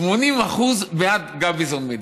בעד גביזון-מדן,